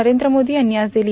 नरेंद्र मोदी यांनी आज दिली